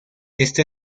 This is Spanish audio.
esta